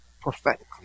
prophetically